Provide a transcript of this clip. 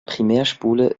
primärspule